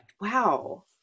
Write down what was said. Wow